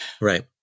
Right